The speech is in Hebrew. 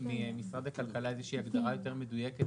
ממשרד הכלכלה איזושהי הגדרה יותר מדויקת